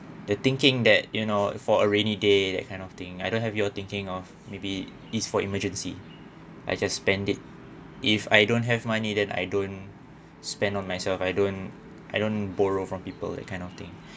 the thinking that you know for a rainy day that kind of thing I don't have your thinking of maybe is for emergency I just spend it if I don't have money then I don't spend on myself I don't I don't borrow from people that kind of thing